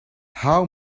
how